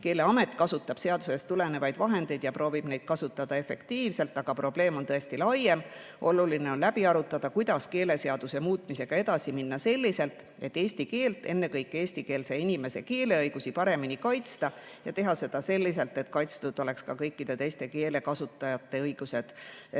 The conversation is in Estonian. Keeleamet kasutab seadusest tulenevaid vahendeid ja proovib neid kasutada efektiivselt, aga probleem on tõesti laiem. Oluline on läbi arutada, kuidas keeleseaduse muutmisega edasi minna selliselt, et eesti keelt, ennekõike eestikeelse inimese keeleõigusi paremini kaitsta ja teha seda selliselt, et kaitstud oleks ka kõikide teiste keelte kasutajate õigused Eestis.